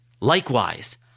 Likewise